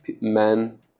Men